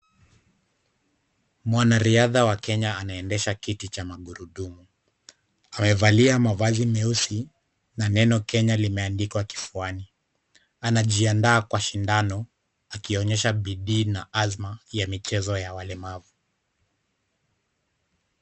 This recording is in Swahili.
Mwanariadha wa Kenya anaendesha kiti cha magurudumu. Amevalia mavazi meusi na neno Kenya limeandikwa kifuani. Anajiandaa kwa shindano akionyesha bidii na azma ya michezo ya walemavu.